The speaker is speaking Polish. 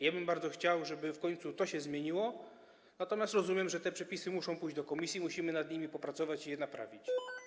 Ja bym bardzo chciał, żeby to się w końcu zmieniło, natomiast rozumiem, że te przepisy muszą pójść do komisji, musimy nad nimi popracować i je naprawić.